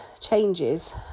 changes